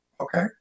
okay